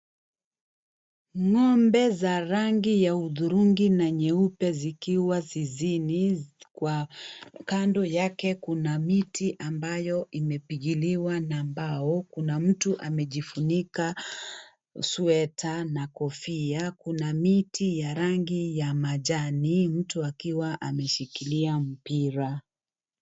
Ng'ombe za rangi ya hudhurungi na nyeupe zikiwa zizini kwa kando yake kuna miti ambayo imepigiliwa na mbao, kuna mtu ambaye amejifunika sweta na kofia, kuna miti ya rangi ya majani, mtu akiwa ameshikilia mpira.